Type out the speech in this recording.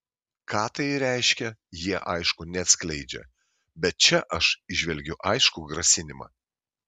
ką tai reiškia jie aišku neatskleidžia bet čia aš įžvelgiu aiškų grasinimą